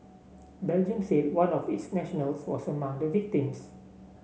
Belgium said one of its nationals was among the victims